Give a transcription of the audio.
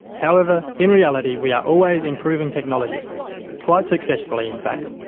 however, in reality we are always improving technology quite successfully in fact.